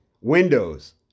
windows